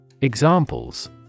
Examples